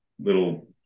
little